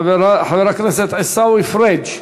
חבר הכנסת עיסאווי פריג',